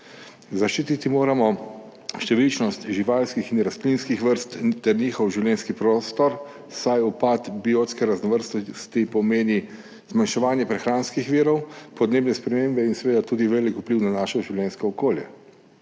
Zaščititi moramo številčnost živalskih in rastlinskih vrst ter njihov življenjski prostor, saj upad biotske raznovrstnosti pomeni zmanjševanje prehranskih virov, podnebne spremembe in seveda tudi velik vpliv na naše življenjsko okolje.